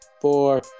four